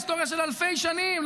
היסטוריה של אלפי שנים,